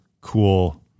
cool